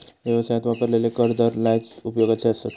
व्यवसायात वापरलेले कर दर लयच उपयोगाचे आसत